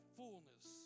fullness